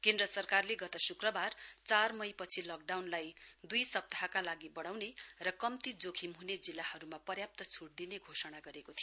केन्द्र सरकारले गत शुक्रबार चार मई पछि लकडाउनलाई दुई सप्ताहका लागि बढाउने र कम्ती जोखिम हुने जिल्लाहरा पर्याप्त छुट दिने घोषणा गरेको थियो